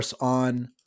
on